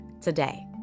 today